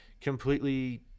completely